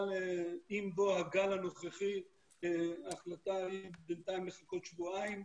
אבל עם בוא הגל הנוכחי ההחלטה היא בינתיים לחכות שבועיים,